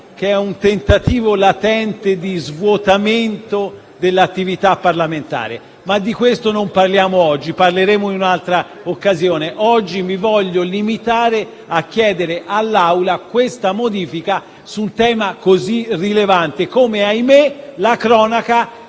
che sia un tentativo latente di svuotamento dell'attività parlamentare, ma di questo non parliamo oggi, ne parleremo in un'altra occasione. Oggi mi voglio limitare a chiedere all'Assemblea questa modifica su un tema così rilevante, come, ahimè, la cronaca